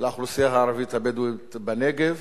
לאוכלוסייה הערבית הבדואית בנגב.